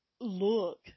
look